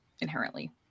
inherently